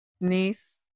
niece